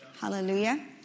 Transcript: Hallelujah